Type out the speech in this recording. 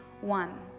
One